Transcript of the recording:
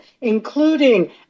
including